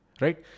right